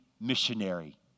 missionary